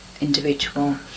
individual